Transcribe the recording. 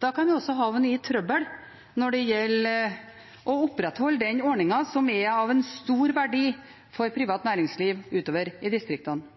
Da kan vi også havne i trøbbel når det gjelder å opprettholde den ordningen, som er av stor verdi for privat næringsliv utover i distriktene.